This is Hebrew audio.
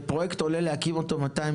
כשעולה 200 מיליון להקים פרויקט,